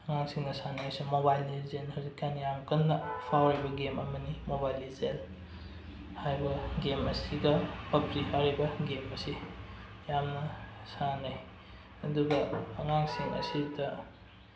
ꯑꯉꯥꯡꯁꯤꯡꯅ ꯁꯥꯟꯅꯔꯤꯁꯦ mobile legend ꯍꯥꯏꯕꯁꯤ ꯍꯧꯖꯤꯛꯀꯥꯟ ꯌꯥꯝ ꯀꯟꯅ ꯐꯥꯎꯔꯤꯕ ꯒꯦꯝ ꯑꯃꯅꯤ ꯃꯣꯕꯥꯏꯜ ꯂꯤꯖꯦꯟ ꯍꯥꯏꯕ ꯒꯦꯝ ꯑꯁꯤꯒ ꯄꯞꯖꯤ ꯍꯥꯏꯔꯤꯕ ꯒꯦꯝ ꯑꯁꯤ ꯌꯥꯝꯅ ꯁꯥꯟꯅꯩ ꯑꯗꯨꯒ ꯑꯉꯥꯡꯁꯤꯡ ꯑꯁꯤꯗ